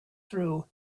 through